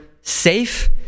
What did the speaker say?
safe